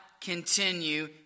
continue